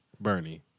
Bernie